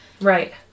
right